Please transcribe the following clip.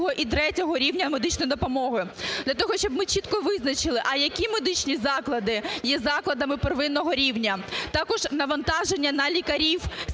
Дякую